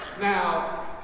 Now